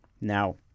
Now